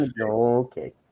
Okay